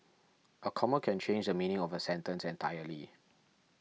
a comma can change the meaning of a sentence entirely